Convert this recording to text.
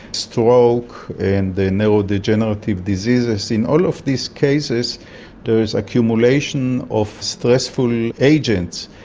stroke and the neurodegenerative diseases, in all of these cases there is accumulation of stressful agents.